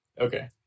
Okay